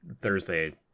thursday